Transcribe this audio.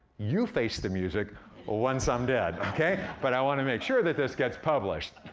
you face the music once i'm dead, okay? but i wanna make sure that this gets published.